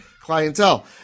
clientele